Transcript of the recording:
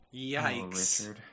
Yikes